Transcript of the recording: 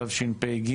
תשפ"ג.